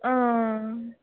हां